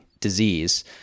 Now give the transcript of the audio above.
disease